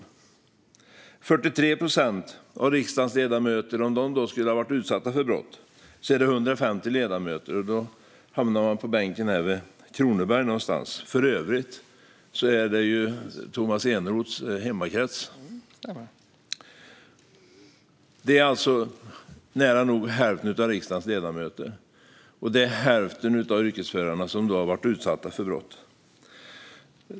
Om 43 procent av riksdagens ledamöter skulle ha utsatts för brott hade det motsvarat 150 ledamöter. Då hamnar man någonstans vid bänken för Kronobergs län, vilket för övrigt är Tomas Eneroths hemmavalkrets. Det är alltså nära nog hälften av riksdagens ledamöter, och det är hälften av yrkesförarna som har varit utsatta för brott.